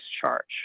charge